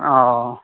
oh